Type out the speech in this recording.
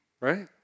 Right